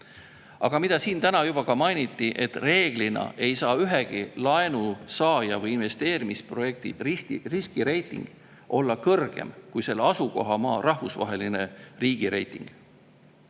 Aga nagu siin täna juba mainiti, reeglina ei saa ühegi laenusaaja või investeerimisprojekti riskireiting olla kõrgem kui selle asukohamaa rahvusvaheline riigireiting.